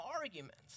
arguments